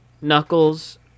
Knuckles